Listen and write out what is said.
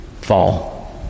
fall